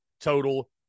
total